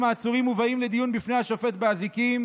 העצורים מובאים לדיון בפני השופט באזיקים,